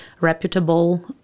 reputable